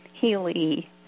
healy